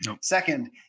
Second